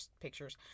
pictures